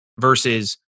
versus